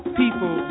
people